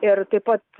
ir taip pat